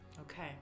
Okay